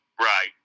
Right